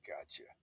Gotcha